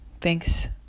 thanks